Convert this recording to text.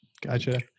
Gotcha